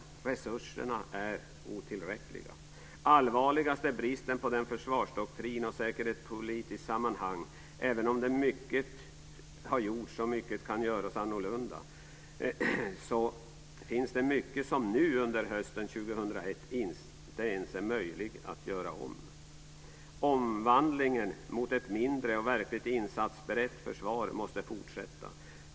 Resurserna är otillräckliga. Allvarligast är bristen på försvarsdoktrin och säkerhetspolitiskt sammanhang. Även om mycket kunde ha gjorts annorlunda finns det mycket som nu under hösten 2001 inte ens är möjligt att göra om. Omvandlingen mot ett mindre och verkligt insatsberett försvar måste fortsätta.